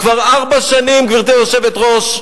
כבר ארבע שנים, גברתי היושבת-ראש,